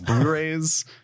Blu-rays